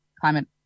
climate